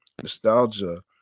Nostalgia